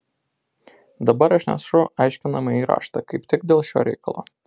dabar aš nešu aiškinamąjį raštą kaip tik dėl šio reikalo